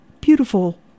beautiful